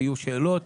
יהיו שאלות,